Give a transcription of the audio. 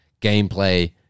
gameplay